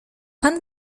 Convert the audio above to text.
pan